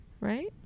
Right